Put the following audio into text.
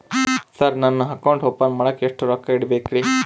Sir account open ಮಾಡಾಕ ಎಷ್ಟು ರೊಕ್ಕ ಇಡಬೇಕ್ರಿ?